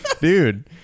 dude